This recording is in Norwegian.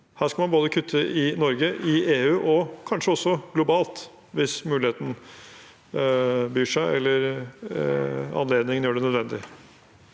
Her skal man kutte både i Norge, i EU og kanskje også globalt, hvis muligheten byr seg, eller anledningen gjør det nødvendig.